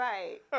Right